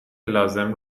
لازم